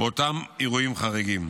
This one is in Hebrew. באותם אירועים חריגים.